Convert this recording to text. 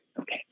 Okay